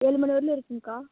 ஏழு மணி வரையிலும் இருக்குங்கக்கா